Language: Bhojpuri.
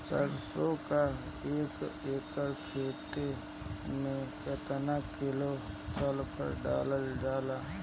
सरसों क एक एकड़ खेते में केतना किलोग्राम सल्फर डालल जाला?